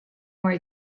more